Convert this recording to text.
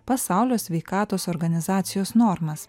pasaulio sveikatos organizacijos normas